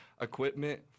equipment